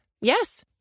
Yes